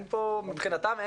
מבחינתם,